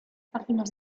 páginas